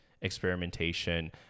experimentation